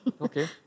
Okay